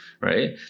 right